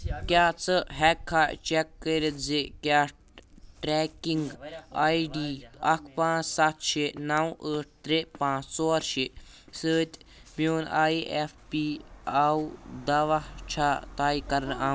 کیٛاہ ژٕ ہیٚککھا چیٚک کٔرتھ زِ کیٛاہ ٹریکنگ آیۍ ڈی اکھ پانٛژھ سَتھ شیٚے نو ٲٹھ ترٛےٚ پانٛژھ ژور شیٚے سۭتۍ میون آیۍ ایٚف پی او دوہ چھا طے کَرنہٕ آمُت؟